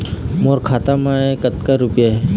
मोर खाता मैं कतक रुपया हे?